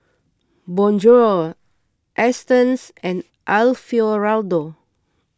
Bonjour Astons and Alfio Raldo